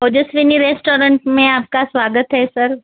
Ojaswini restaurant मे आपका स्वागत आहे सर